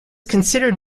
considered